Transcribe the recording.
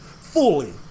fully